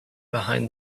behind